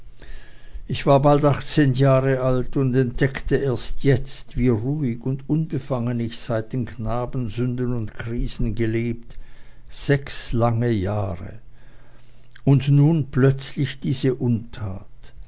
ich war bald achtzehn jahre alt und entdeckte jetzt erst wie ruhig und unbefangen ich seit den knabensünden und krisen gelebt sechs lange jahre und nun plötzlich diese untat